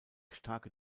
starke